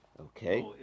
Okay